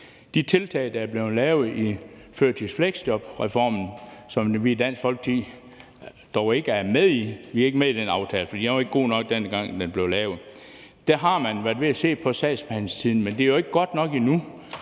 de tiltag, der er blevet lavet i førtids- og fleksjobreformen, som vi i Dansk Folkeparti dog ikke er med i – vi er ikke med i aftalen, for den var ikke god nok, dengang den blev lavet – har man været ved at se på sagsbehandlingstiden, men det er jo ikke godt nok endnu.